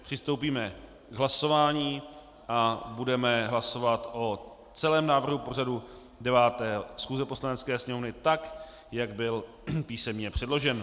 Přistoupíme k hlasování a budeme hlasovat o celém návrhu pořadu 9. schůze Poslanecké sněmovny tak, jak byl písemně předložen.